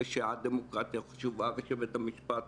ואחר כך אוסאמה סעדי.